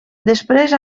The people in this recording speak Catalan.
després